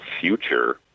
future